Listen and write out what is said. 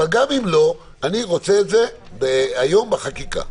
גם אם לא, אני רוצה את זה היום בחקיקה.